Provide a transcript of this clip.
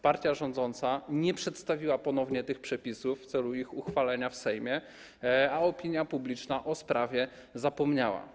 Partia rządząca nie przedstawiła ponownie tych przepisów w celu ich uchwalenia w Sejmie, a opinia publiczna o sprawie zapomniała.